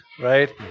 right